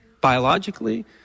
biologically